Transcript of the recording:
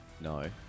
No